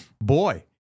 boy